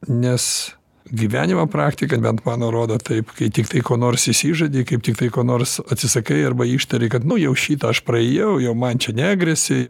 nes gyvenimo praktika bet mano rodo taip kai tiktai ko nors išsižadi kaip tiktai ko nors atsisakai arba ištarei kad nu jau šitą aš praėjau jau man čia negresia